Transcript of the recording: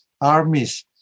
armies